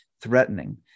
threatening